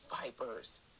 vipers